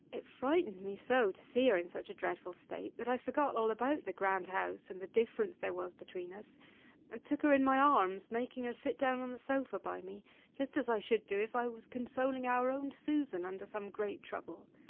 it frightened me so, to see her in such a dreadful state, that i forgot all about the grand house, and the difference there was between us and took her in my arms, making her sit down on the sofa by me just as i should do, if i was consoling our own susan under some great trouble.